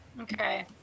Okay